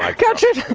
ah catch it!